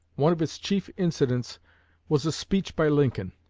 one of its chief incidents was a speech by lincoln.